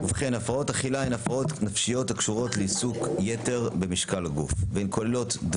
הפרעות אכילה הן הפרעות נפשיות שקשורות לעיסוק יתר במשקל הגוף,